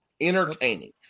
Entertaining